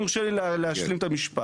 אם יורשה לי להשלים את המשפט.